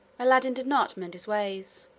aladdin did not mend his ways.